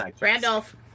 randolph